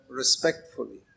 respectfully